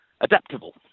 adaptable